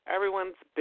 Everyone's